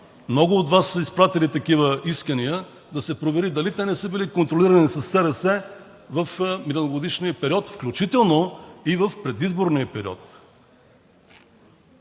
Много от Вас са изпратили такива искания – да се провери дали те не са били контролирани със СРС в миналогодишния период, включително и в предизборния период.